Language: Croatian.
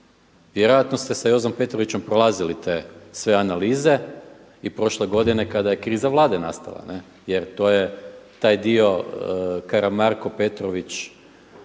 Vjerojatno ste sa Jozom Petrovićem prolazili sve te analize i prošle godine kada je kriza vlade nastala ne, jer to je taj dio Karamarko, Petrović